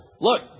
Look